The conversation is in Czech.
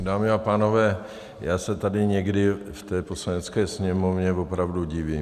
Dámy a pánové, já se tady někdy v Poslanecké sněmovně opravdu divím.